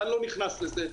ואני לא נכנס לזה,